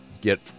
get